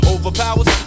Overpowers